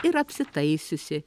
ir apsitaisiusi